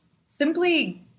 simply